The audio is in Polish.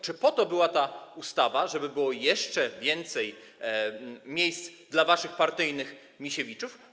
Czy po to była ta ustawa, żeby było jeszcze więcej miejsc dla waszych partyjnych Misiewiczów?